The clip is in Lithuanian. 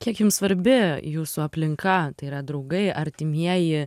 kiek jums svarbi jūsų aplinka tai yra draugai artimieji